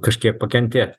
kažkiek pakentėt